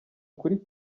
kuri